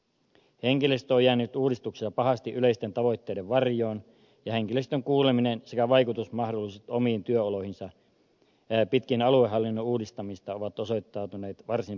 henkilöstö on jäänyt uudistuksissa pahasti yleisten tavoitteiden varjoon ja henkilöstön kuuleminen sekä vaikutusmahdollisuudet omiin työoloihinsa pitkin aluehallinnon uudistamista ovat osoittautuneet varsin puutteellisiksi